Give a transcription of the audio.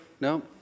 No